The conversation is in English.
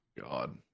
god